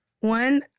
One